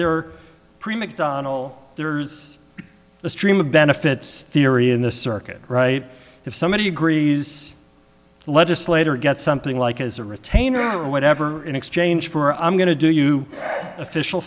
mcdonnell there's a stream of benefits theory in the circuit right if somebody agrees legislator get something like as a retainer whatever in exchange for i'm going to do you official